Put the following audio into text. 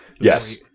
yes